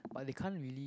but they can't really